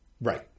Right